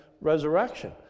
resurrection